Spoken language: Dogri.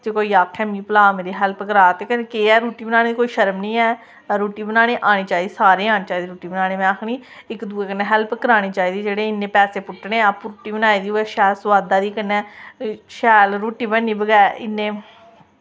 जे कोई आक्खै मिगी भला आ मेरा हैल्प करा ते केह् ऐ रुट्टी बनाने च कोई शर्म नी ऐ रुट्टी बनानी आनी चाहिदी सारें गी आनी चाहिदी रुट्टी बनानी में आखनी इक दुए कन्नै हैल्प करानी चाहिदी जेह्ड़े इन्ने पैसे पुट्टने आपूं रुट्टी बनाई दी होऐ शैल सोआदा दी कन्नै शैल रुट्टी बननी इन्ने